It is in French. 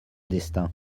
destin